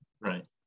right